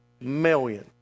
million